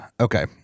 Okay